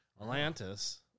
Atlantis